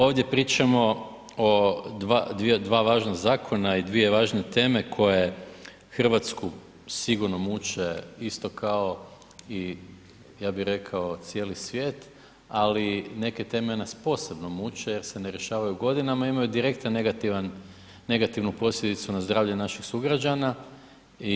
Ovdje pričamo o dva važna zakona i dvije važne teme koju Hrvatsku sigurno muče isto kao i ja bih rekao cijeli svijet, ali neke teme nas posebno muče jer se ne rješavaju godinama i imaju direktnu negativnu posljedicu na zdravlje naših sugrađana.